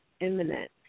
imminent